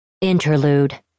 Interlude